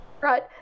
right